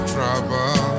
Trouble